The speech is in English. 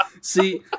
See